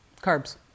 carbs